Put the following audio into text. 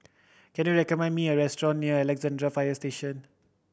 can you recommend me a restaurant near Alexandra Fire Station